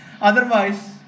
Otherwise